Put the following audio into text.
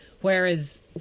whereas